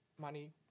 money